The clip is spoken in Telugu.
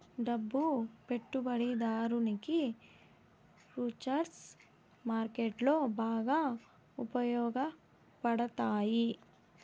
డబ్బు పెట్టుబడిదారునికి ఫుచర్స్ మార్కెట్లో బాగా ఉపయోగపడతాయి